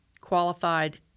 qualified